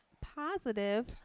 positive